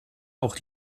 auch